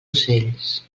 ocells